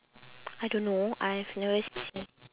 I don't know I've never seen